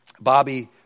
Bobby